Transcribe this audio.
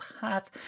hat